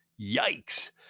Yikes